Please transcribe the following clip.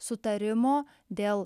sutarimo dėl